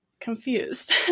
confused